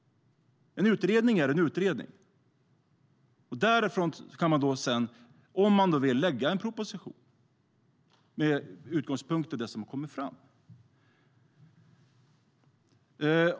En utredning är en utredning. Med utgångspunkt i det som har kommit fram i en utredning kan man sedan lägga fram en proposition.